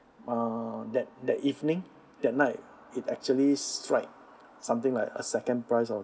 uh that that evening that night it actually strike something like a second prize or